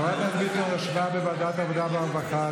חברת הכנסת ביטון ישבה בוועדת העבודה והרווחה,